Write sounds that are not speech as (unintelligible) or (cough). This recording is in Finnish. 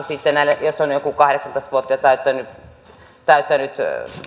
(unintelligible) sitten näille jos on joku kahdeksantoista vuotta täyttänyt